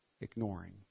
Ignoring